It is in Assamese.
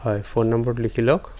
হয় ফোন নম্বৰটো লিখি লওঁক